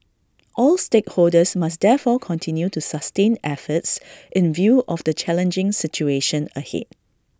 all stakeholders must therefore continue to sustain efforts in view of the challenging situation ahead